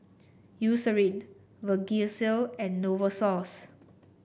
Eucerin Vagisil and Novosource